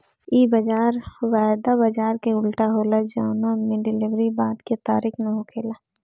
इ बाजार वायदा बाजार के उल्टा होला जवना में डिलेवरी बाद के तारीख में होखेला